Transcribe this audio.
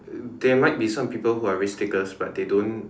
there might be some people who are risk takers but they don't